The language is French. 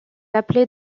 appelé